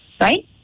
right